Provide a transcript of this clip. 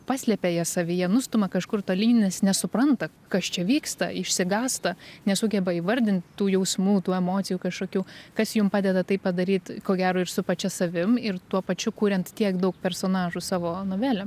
paslepia jas savyje nustuma kažkur tolyn nes nesupranta kas čia vyksta išsigąsta nesugeba įvardint tų jausmų tų emocijų kašokių kas jum padeda tai padaryt ko gero ir su pačia savimi ir tuo pačiu kuriant tiek dau personažų savo novelę